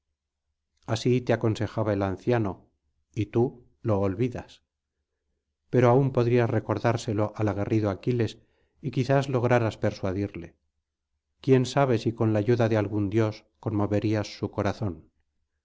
así te aconsejaba el anciano y tú lo olvidas pero aún podrías recordárselo al aguerrido aquiles y quizás lograras persuadirle quién sabe si con la ayuda de algún dios conmoverías su corazón